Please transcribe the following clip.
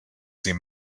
seen